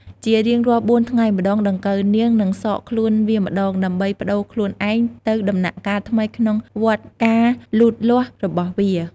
ជារៀងរាល់បួនថ្ងៃម្តង ដង្កូវនាងនឹងសកខ្លួនវាម្ដង ដើម្បីប្ដូរខ្លួនឯងទៅដំណាក់កាលថ្មីក្នុងវដ្តការលូតលាស់របស់វា។